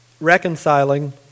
reconciling